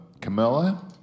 Camilla